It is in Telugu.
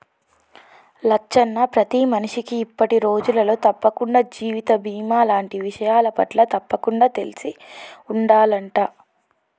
లచ్చన్న ప్రతి మనిషికి ఇప్పటి రోజులలో తప్పకుండా జీవిత బీమా లాంటి విషయాలపట్ల తప్పకుండా తెలిసి ఉండాలంట